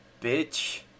bitch